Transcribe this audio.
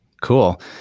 Cool